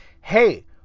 Hey